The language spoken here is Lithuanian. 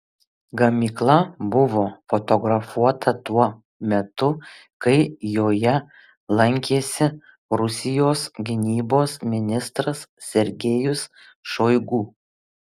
gamykla buvo fotografuota tuo metu kai joje lankėsi rusijos gynybos ministras sergejus šoigu